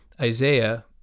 Isaiah